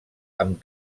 amb